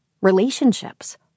relationships